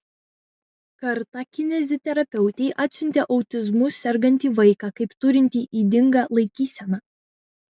kartą kineziterapeutei atsiuntė autizmu sergantį vaiką kaip turintį ydingą laikyseną